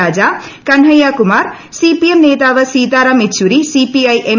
രാജ Kanhaiya Kumar CPM നേതാവ് Sitaram Yechury CPI M